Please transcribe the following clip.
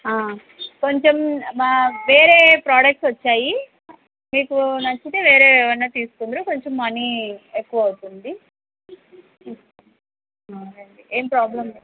కొంచెం వ వేరే ప్రోడక్ట్ వచ్చాయి మీకు నచ్చితే వేరే ఏమన్నా తీసుకుందురు కొంచెం మనీ ఎక్కువ అవుతుంది అవునండి ఏం ప్రాబ్లమ్ లేదు